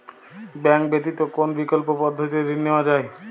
Bank ব্যতিত কোন বিকল্প পদ্ধতিতে ঋণ নেওয়া যায়?